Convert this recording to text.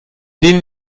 denen